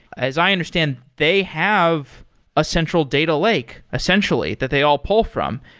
as i understand, they have a central data lake essentially that they all pull from.